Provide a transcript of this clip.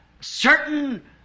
certain